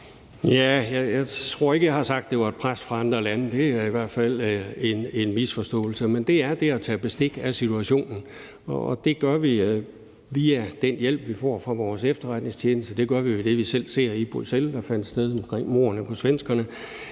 Jeg tror ikke, jeg har sagt, at der var tale om et pres fra andre lande; det er i hvert fald en misforståelse. Men det drejer sig om det med at tage bestik af situationen, og det gør vi via den hjælp, vi får fra vores efterretningstjenester; det gør vi ved det, vi selv så fandt sted i Bruxelles med mordene på svenskerne;